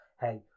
hey